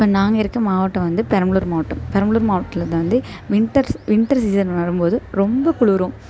இப்போ நாங்கள் இருக்கற மாவட்டம் வந்து பெரம்பலூர் மாவட்டம் பெரம்பலூர் மாவட்டதில் வந்து வின்டர் வின்டர் சீஸன் வரும்போது ரொம்ப குளிரும்